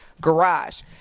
garage